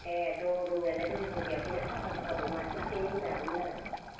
एह दङ दंनायालाय रौ मिरगायाबो बिराद साफा साफा दं मासे मासेयैनो होनो हागौमोन आरो